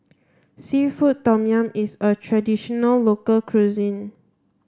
seafood tom yum is a traditional local cuisine